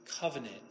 covenant